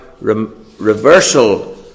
reversal